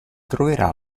troverà